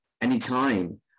anytime